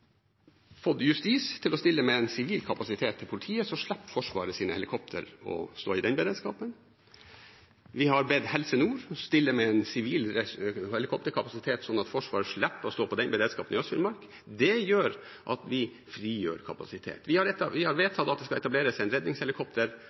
fått justis til å stille med en sivil kapasitet til politiet, så slipper Forsvarets helikoptre å stå i den beredskapen. Vi har bedt Helse Nord stille med en sivil helikopterkapasitet, slik at Forsvaret slipper å stå i den beredskapen i Øst-Finnmark. Det gjør at vi frigjør kapasitet. Vi har